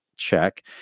check